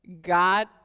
God